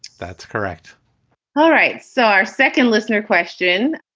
that's correct all right. so our second listener question.